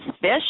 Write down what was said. fish